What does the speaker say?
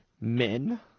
Men